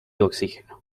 oxígeno